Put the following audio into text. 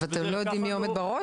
אבל אתם לא יודעים מי עומד בראש?